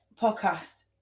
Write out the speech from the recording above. podcast